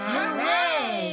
Hooray